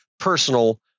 Personal